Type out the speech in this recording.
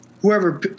whoever